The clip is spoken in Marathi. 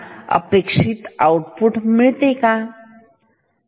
तर अपेक्षित आउटपुट असे असेल